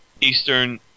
Eastern